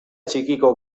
txikiko